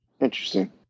Interesting